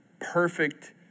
perfect